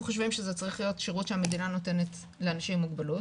אנחנו חושבים שזה צריך להיות שירות שהמדינה נותנת לאנשים עם מוגבלות,